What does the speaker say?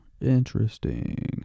Interesting